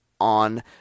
on